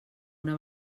una